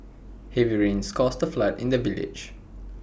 heavy rains caused A flood in the village